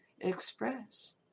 express